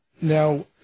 now